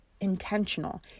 intentional